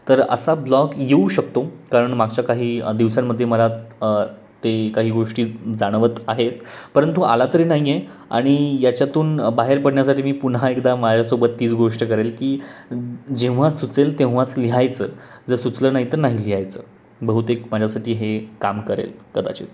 तर असा ब्लॉग येऊ शकतो कारण मागच्या काही दिवसांमध्ये मला ते काई गोष्टी जाणवत आहेत परंतु आला तरी नाही आहे आणि याच्यातून बाहेर पडण्यासाठी मी पुन्हा एकदा माझ्यासोबत तीच गोष्ट करेल की जेव्हा सुचेल तेव्हाच लिहायचं जर सुचलं नाही तर नाही लिहायचं बहुतेक माझ्यासाठी हे काम करेल कदाचित